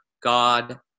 God